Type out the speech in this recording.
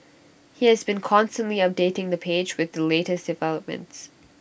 he has been constantly updating the page with the latest developments